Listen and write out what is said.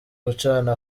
gucana